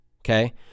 okay